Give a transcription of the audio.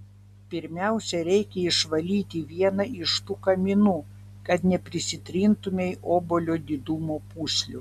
pirmiausia reikia išvalyti vieną iš tų kaminų kad neprisitrintumei obuolio didumo pūslių